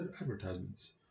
advertisements